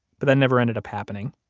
but that never ended up happening.